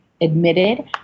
admitted